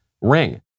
Ring